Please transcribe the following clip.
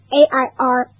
air